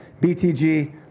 BTG